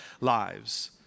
lives